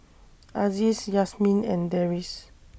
Aziz Yasmin and Deris